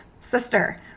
Sister